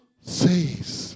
says